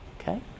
Okay